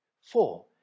Four